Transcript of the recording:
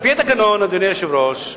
אדוני היושב-ראש,